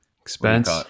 expense